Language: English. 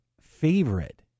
favorite